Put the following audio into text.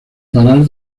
parar